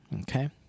okay